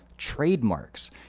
trademarks